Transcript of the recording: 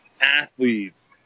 athletes